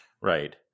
Right